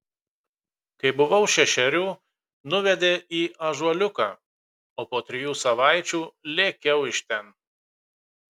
kai buvau šešerių nuvedė į ąžuoliuką o po trijų savaičių lėkiau iš ten